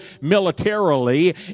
militarily